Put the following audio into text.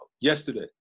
yesterday